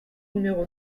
numéro